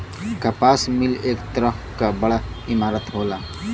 कपास मिल एक तरह क बड़ा इमारत होला